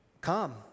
come